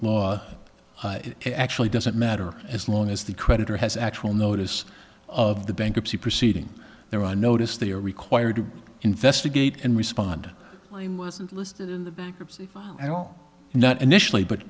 it actually doesn't matter as long as the creditor has actual notice of the bankruptcy proceeding they're on notice they are required to investigate and respond not initially but